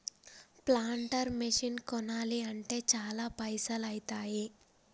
planter machine కొనాలి అంటే చాల పైసల్ ఐతాయ్